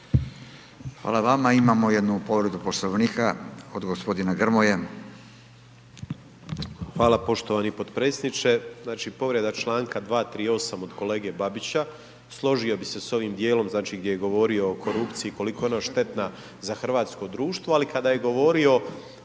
Hvala vama. Imamo jednu povredu poslovnika, od gospodina Grmoje. **Grmoja, Nikola (MOST)** Hvala poštovani potpredsjedniče, znači povreda čl.238. od kolege Babića, složio bi se s ovim dijelom znači gdje je govorio o korupciji, koliko je ona štetna za hrvatsko društvo. Ali kada je govorio